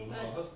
but